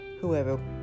whoever